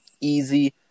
easy